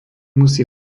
musí